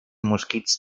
mosquits